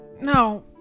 No